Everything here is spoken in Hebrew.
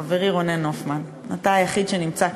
חברי רונן הופמן, אתה היחיד שנמצא כאן,